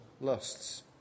lusts